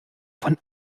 von